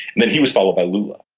then he was followed by lula.